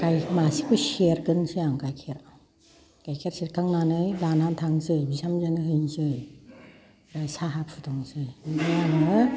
मासेखौ सेरग्रोनोसै आं गाइखेर सेरखांनानै लाना थांनोसै बिहामजोनो हैनोसै साहा फुदुंनोसै आमफ्राय आङो